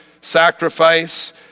sacrifice